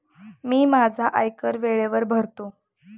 मी माझा आयकर वेळेवर भरतो